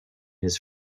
his